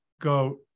go